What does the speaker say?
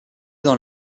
dans